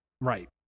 Right